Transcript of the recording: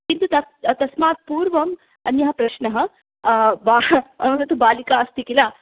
किन्तु तस्मात् पूर्वम् अन्यः प्रश्नः तु बालिका अस्ति किल